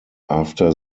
after